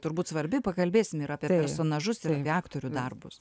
turbūt svarbi pakalbėsim ir apie personažus ir apie aktorių darbus